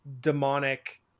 demonic